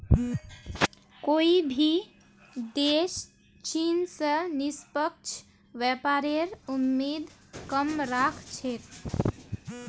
कोई भी देश चीन स निष्पक्ष व्यापारेर उम्मीद कम राख छेक